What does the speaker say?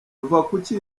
ruvakuki